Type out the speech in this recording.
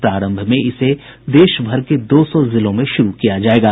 प्रारंभ में इसे देश भर के दो सौ जिलों में शुरू किया जाएगा